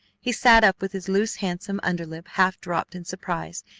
he sat up, with his loose, handsome under lip half-dropped in surprise,